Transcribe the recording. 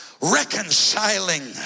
reconciling